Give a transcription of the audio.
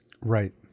Right